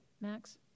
Max